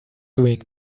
doing